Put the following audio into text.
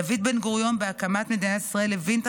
דוד בן-גוריון בהקמת מדינת ישראל הבין את